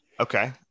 Okay